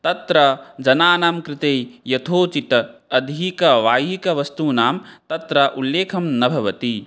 तत्र जनानां कृते यथोचित् अधिकं बाह्यिकवस्तूनां तत्र उल्लेखं न भवति